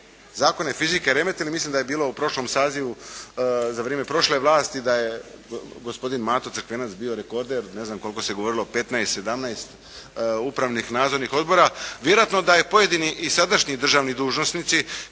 Zakone fizike remetili. Mislim da je bilo u prošlom sazivu, za vrijeme prošle vlasti da je gospodin Mato Crkvenac bio rekorder, ne znam o koliko se govorilo, o 15, 17 upravnih, nadzornih odbora. Vjerojatno da je pojedini i sadašnji državni dužnosnici